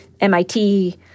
MIT